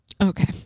Okay